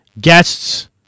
Guests